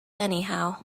anyhow